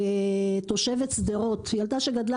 כתושבת שדרות, ילדה שגדלה